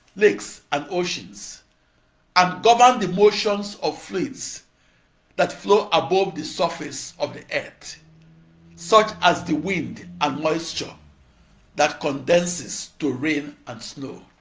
lakes, and oceans and govern the motions of fluids that flow above the surface of the earth such as the wind and the moisture that condenses to rain and snow.